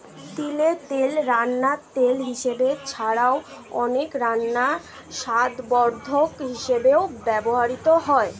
তিলের তেল রান্নার তেল হিসাবে ছাড়াও, অনেক রান্নায় স্বাদবর্ধক হিসাবেও ব্যবহৃত হয়